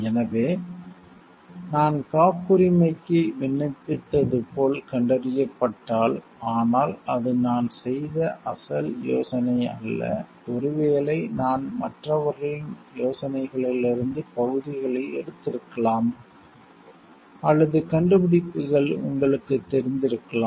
எனவே நான் காப்புரிமைக்கு விண்ணப்பித்தது போல் கண்டறியப்பட்டால் ஆனால் அது நான் செய்த அசல் யோசனை அல்ல ஒருவேளை நான் மற்றவர்களின் யோசனைகளிலிருந்து பகுதிகளை எடுத்திருக்கலாம் அல்லது கண்டுபிடிப்புகள் உங்களுக்குத் தெரிந்திருக்கலாம்